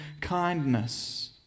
kindness